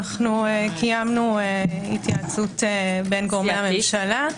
קיימנו התייעצות בין גורמי הממשלה.